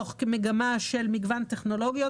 תוך מגמה של מגוון טכנולוגיות.